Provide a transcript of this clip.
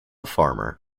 farmer